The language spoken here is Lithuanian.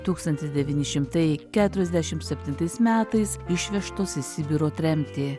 tūkstantis devyni šimtai keturiasdešim septintais metais išvežtos į sibiro tremtį